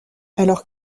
alors